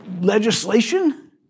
legislation